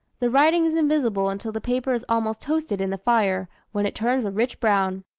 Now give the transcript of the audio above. the writing is invisible until the paper is almost toasted in the fire, when it turns a rich brown.